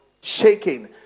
shaking